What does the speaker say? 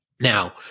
Now